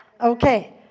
Okay